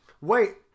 Wait